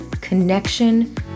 connection